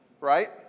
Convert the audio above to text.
right